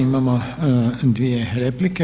Imamo dvije replike.